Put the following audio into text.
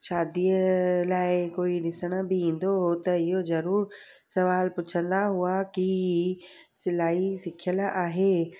शादीअ लाइ कोई ॾिसण बि ईंदो हुओ त इहो ज़रूरु सुवालु पुछंदा हुआ की सिलाई सिखियल आहे